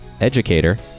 educator